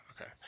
okay